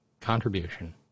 contribution